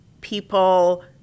people